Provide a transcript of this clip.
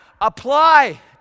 apply